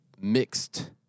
mixed